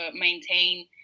maintain